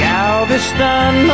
Galveston